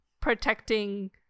Protecting